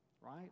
right